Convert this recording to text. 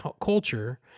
culture